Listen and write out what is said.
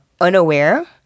unaware